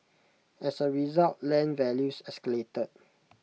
as A result land values escalated